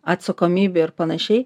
atsakomybė ir panašiai